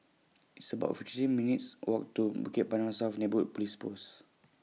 It's about fifty three minutes' Walk to Bukit Panjang South Neighbourhood Police Post